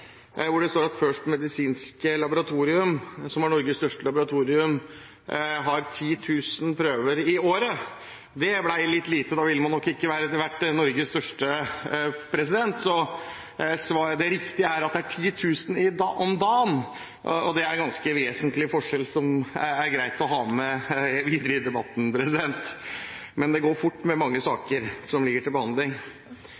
året. Det ble litt lite – da ville de nok ikke vært Norges største. Det riktige er at det er 10 000 om dagen. Det er en ganske vesentlig forskjell, som det er greit å ha med videre i debatten. Men det går fort med mange